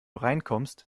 reinkommst